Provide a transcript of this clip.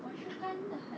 我是真的很